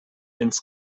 ins